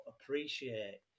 appreciate